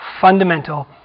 fundamental